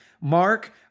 mark